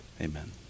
amen